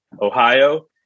Ohio